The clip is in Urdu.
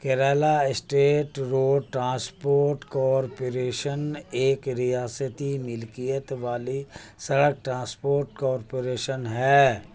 Kerala state road transport corporation ایک ریاستی ملکیت والی سڑک ٹرانسپورٹ کارپوریشن ہے